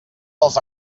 dels